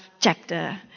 chapter